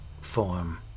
form